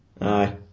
Aye